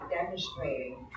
demonstrating